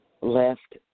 left